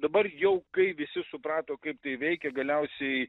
dabar jau kai visi suprato kaip tai veikia galiausiai